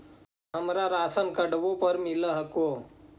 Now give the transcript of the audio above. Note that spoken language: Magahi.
हमरा राशनकार्डवो पर मिल हको?